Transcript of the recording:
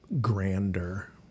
grander